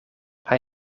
hij